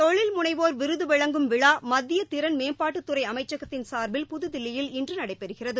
தொழில் முனைவோர் விருது வழங்கும் விழா மத்திய திறன் மேம்பாட்டு துறை அமைச்சகத்தின் சார்பில் புதுதில்லியில் இன்று நடைபெறுகிறது